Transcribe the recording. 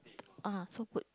uh so good